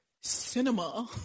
cinema